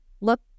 look